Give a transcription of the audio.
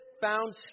found